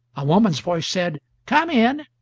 a woman's voice said come in,